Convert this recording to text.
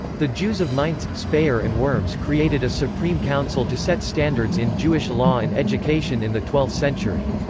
the jews of mainz, speyer and worms created a supreme council to set standards in jewish law and education in the twelfth century.